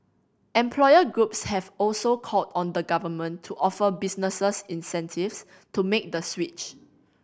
employer groups have also called on the Government to offer businesses incentives to make the switch